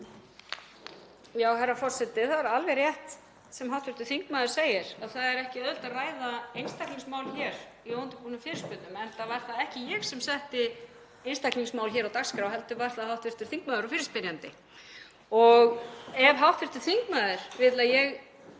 Herra forseti. Það er alveg rétt sem hv. þingmaður segir, það er ekki auðvelt að ræða einstaklingsmál hér í óundirbúnum fyrirspurnum enda var það ekki ég sem setti einstaklingsmál á dagskrá heldur var það hv. þingmaður og fyrirspyrjandi. Ef hv. þingmaður vill að ég